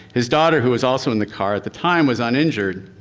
his daughter who was also in the car at the time was uninjured.